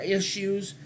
issues